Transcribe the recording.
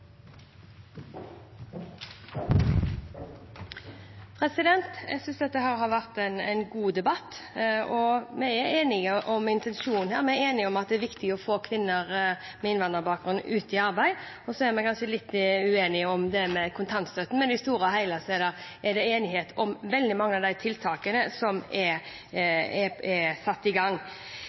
ansettelser. Jeg synes dette har vært en god debatt, og vi er enige om intensjonen her, vi er enige om at det er viktig å få kvinner med innvandrerbakgrunn ut i arbeid. Så er vi kanskje litt uenige om det med kontantstøtten, men i det store og hele er det enighet om veldig mange av de tiltakene som er satt i gang.